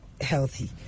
healthy